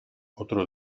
otro